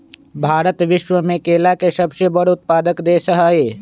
भारत विश्व में केला के सबसे बड़ उत्पादक देश हई